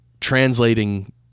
translating